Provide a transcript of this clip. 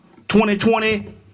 2020